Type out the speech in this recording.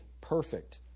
perfect